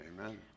Amen